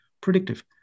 Predictive